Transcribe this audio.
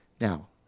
Now